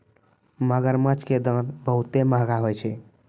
मगरमच्छ के दांत बहुते महंगा होय छै